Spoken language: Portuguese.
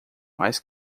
mas